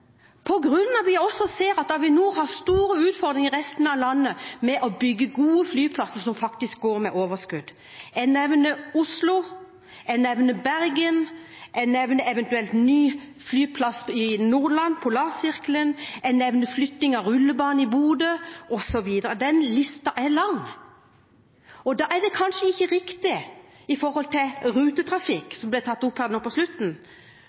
Fordi vi også ser at Avinor har store utfordringer i resten av landet med å bygge gode flyplasser som faktisk går med overskudd. Jeg nevner Oslo, jeg nevner Bergen, jeg nevner eventuell ny flyplass i Nordland, Polarsirkelen, jeg nevner flytting av rullebanen i Bodø osv. Listen er lang. Da er det kanskje ikke riktig med tanke på rutetrafikk, som ble tatt opp nå på slutten,